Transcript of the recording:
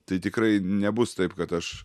tai tikrai nebus taip kad aš